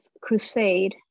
crusade